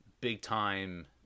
big-time